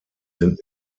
sind